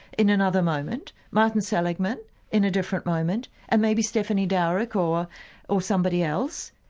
in another moment, martin selegman in a different moment and maybe stephanie dowrick or or somebody else,